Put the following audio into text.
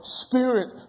spirit